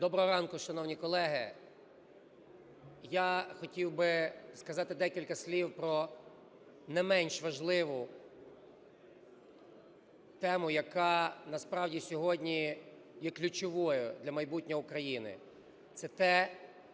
Доброго ранку, шановні колеги! Я хотів би сказати декілька слів про не менш важливу тему, яка насправді сьогодні є ключовою для майбутнього України.